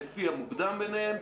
לפי המוקדם ביניהם.